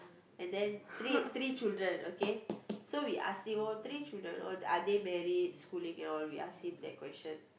and then three three children okay so we ask him oh three children are they married schooling you know we ask him that question